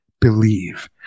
believe